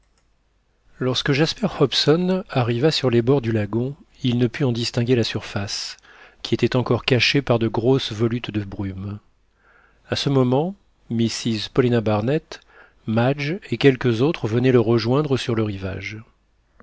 lorsque jasper hobson arriva sur les bords du lagon il ne put en distinguer la surface qui était encore cachée par de grosses volutes de brumes à ce moment mrs paulina barnett madge et quelques autres venaient le rejoindre sur le rivage